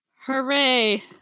Hooray